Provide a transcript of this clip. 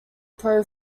pro